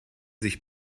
sich